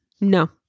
No